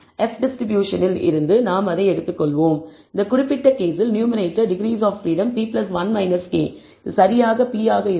F distribution இல் இருந்து நாம் அதை எடுத்துக்கொள்வோம் இந்த குறிப்பிட்ட கேஸில் numerator degrees of freedom p 1 k இது சரியாக p ஆக இருக்கும்